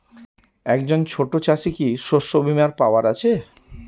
একজন ছোট চাষি কি শস্যবিমার পাওয়ার আছে?